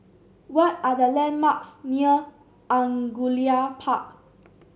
what are the landmarks near Angullia Park